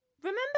Remember